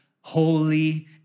holy